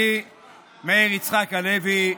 אני מאיר יצחק הלוי,